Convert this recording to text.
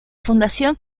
fundación